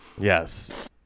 Yes